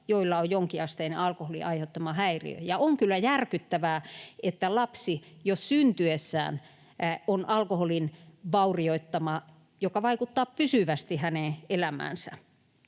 jolla on jonkinasteinen alkoholin aiheuttama häiriö, ja on kyllä järkyttävää, että lapsi jo syntyessään on alkoholin vaurioittama, mikä vaikuttaa pysyvästi hänen elämäänsä.